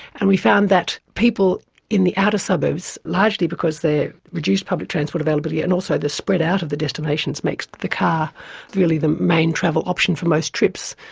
and we found that people in the outer suburbs, largely because they have reduced public transport availability and also the spread out of the destinations makes the car really the main travel option for most trips.